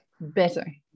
Better